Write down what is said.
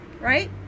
right